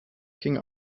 king